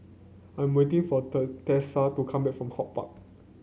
I'm waiting for Tessa to come back from HortPark